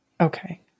Okay